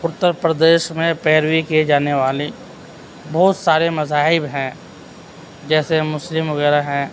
اتّر پردیش میں پیروی کیے جانے والی بہت سارے مذاہب ہیں جیسے مسلم وغیرہ ہیں